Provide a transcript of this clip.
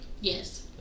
Yes